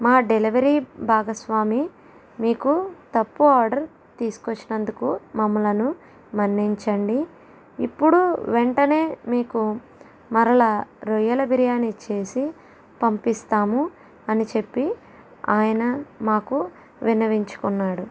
మా డెలివరీ భాగస్వామి మీకు తప్పు ఆర్డర్ తీసుకు వచ్చినందుకు మమ్ములను మన్నించండి ఇప్పుడు వెంటనే మీకు మరల రొయ్యల బిర్యానీ చేసి పంపిస్తాము అని చెప్పి ఆయన మాకు విన్నవించుకున్నాడు